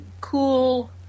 cool